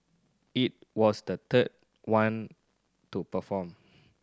it was the third one to perform